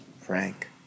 Frank